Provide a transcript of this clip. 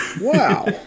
wow